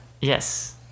Yes